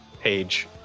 page